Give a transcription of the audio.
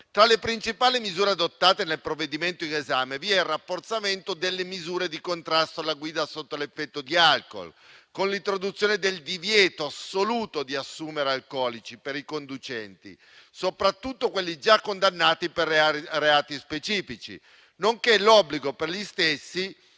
Tra le principali misure adottate nel provvedimento in esame vi è il rafforzamento delle misure di contrasto alla guida sotto l'effetto di alcol, con l'introduzione del divieto assoluto di assumere alcolici per i conducenti, soprattutto quelli già condannati per reati specifici; nonché l'obbligo per gli stessi